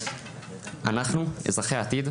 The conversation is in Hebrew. אנחנו אזרחי העתיד,